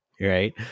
right